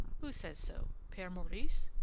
who says so? pere maurice?